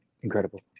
incredible